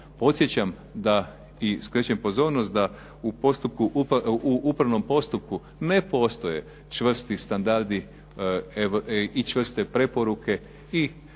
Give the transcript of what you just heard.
Podsjećam da i skrećem pozornost da u upravnom postupku ne postoje čvrsti standardi i čvrste preporuke i